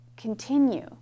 continue